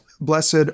blessed